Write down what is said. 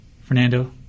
fernando